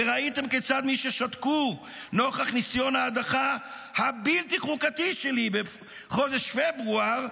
וראיתם כיצד מי ששתקו נוכח ניסיון ההדחה הבלתי-חוקתי שלי בחודש פברואר,